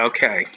Okay